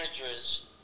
managers